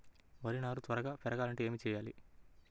వరి నారు త్వరగా పెరగాలంటే ఏమి చెయ్యాలి?